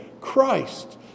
Christ